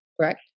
correct